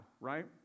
right